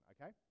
Okay